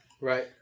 Right